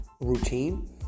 routine